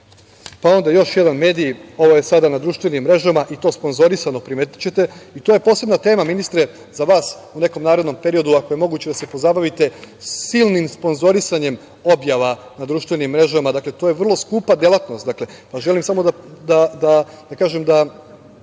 u konvoju. Još jedan medij, ovo je sada na društvenim mrežama i to sponzorisano, primetićete, i to je posebna tema, ministre, za vas, u nekom narednom periodu, ako je moguće da se pozabavite silnim sponzorisanjem objava na društvenim mrežama, a to je vrlo skupa delatnost. Želim samo da kandidujem